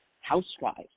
housewives